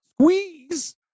squeeze